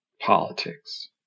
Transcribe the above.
politics